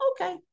okay